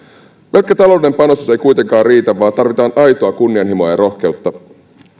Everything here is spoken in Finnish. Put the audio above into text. pelkkä taloudellinen panostus ei kuitenkaan riitä vaan tarvitaan aitoa kunnianhimoa ja rohkeutta